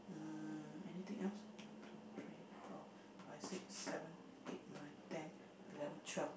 um anything else one two three four five six seven eight nine ten eleven twelve